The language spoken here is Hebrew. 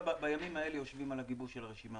בימים אלה אנחנו יושבים על גיבוש הרשימה.